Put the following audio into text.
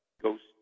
Ghost